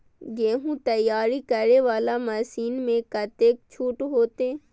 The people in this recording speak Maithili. गेहूं तैयारी करे वाला मशीन में कतेक छूट होते?